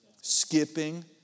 Skipping